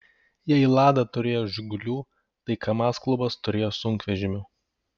jei lada turėjo žigulių tai kamaz klubas turėjo sunkvežimių